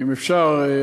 אם אפשר,